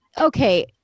Okay